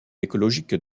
écologique